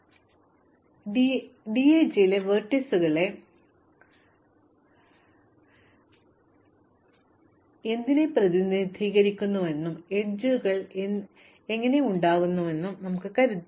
അതിനാൽ ഞങ്ങൾക്ക് ഈ DAG ഉണ്ടെന്നും വെർട്ടീസുകൾ കോഴ്സുകളെ പ്രതിനിധീകരിക്കുന്നുവെന്നും അരികുകൾ മുൻവ്യവസ്ഥകളാണെന്നും ഞങ്ങൾ കരുതുന്നു